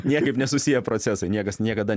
niekaip nesusiję procesai niekas niekada